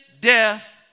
death